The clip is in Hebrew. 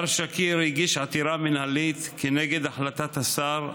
מר שאכר הגיש עתירה מינהלית כנגד החלטת השר,